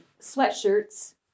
sweatshirts